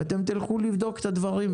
ואתם תלכו לבדוק את הדברים.